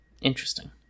Interesting